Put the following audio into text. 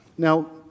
Now